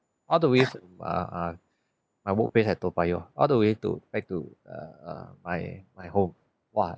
all the way uh uh my workplace at toa payoh all the way to back to uh uh my my home !wah!